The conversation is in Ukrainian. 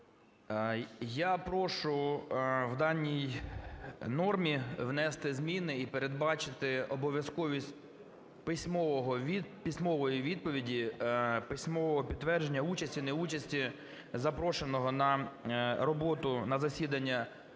Я прошу в даній нормі внести зміни і передбачити обов'язковість письмової відповіді, письмового підтвердження участі-неучасті запрошеного на роботу, на засідання тимчасової